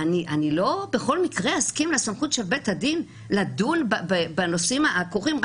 לא בכל מקרה אני אסכים לסמכות של בית הדין לדון בנושאים הכרוכים.